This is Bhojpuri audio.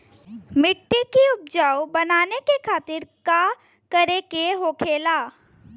मिट्टी की उपजाऊ बनाने के खातिर का करके होखेला?